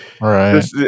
Right